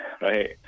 right